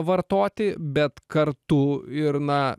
vartoti bet kartu ir na